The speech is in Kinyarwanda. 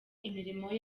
imirimo